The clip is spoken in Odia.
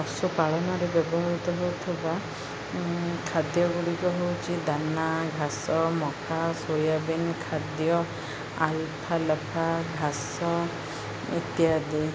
ପଶୁପାଳନରେ ବ୍ୟବହୃତ ହେଉଥିବା ଖାଦ୍ୟ ଗୁଡ଼ିକ ହେଉଛି ଦାନା ଘାସ ମକା ସୋୟାବିନ୍ ଖାଦ୍ୟ ଆଲଫା ଲଫା ଘାସ ଇତ୍ୟାଦି